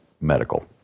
medical